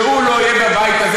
שהוא לא יהיה בבית הזה.